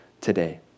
today